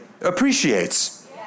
appreciates